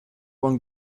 one